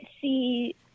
see